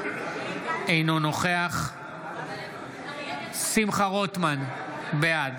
אינו נוכח שמחה רוטמן, בעד